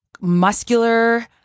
muscular